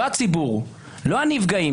לא הציבור, לא הנפגעים.